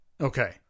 Okay